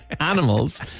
Animals